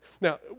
Now